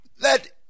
Let